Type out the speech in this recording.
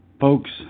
folks